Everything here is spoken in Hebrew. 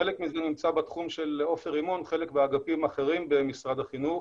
חלק מזה נמצא בתחום של עופר רימון וחלק באגפים אחרים במשרד החינוך.